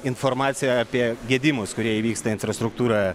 informacija apie gedimus kurie įvyksta infrastruktūroje